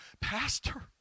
Pastor